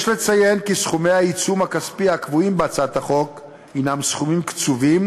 יש לציין כי סכומי העיצום הכספי הקבועים בהצעת החוק הם סכומים קצובים,